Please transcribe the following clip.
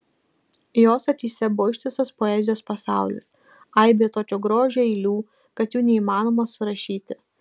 jos akyse buvo ištisas poezijos pasaulis aibė tokio grožio eilių kad jų neįmanoma surašyti